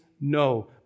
No